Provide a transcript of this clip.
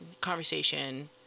conversation